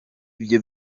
ibi